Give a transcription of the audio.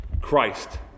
Christ